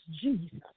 Jesus